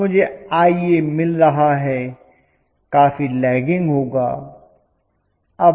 अब मुझे Ia मिल रहा है काफी लैगिंग होगा